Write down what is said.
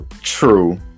True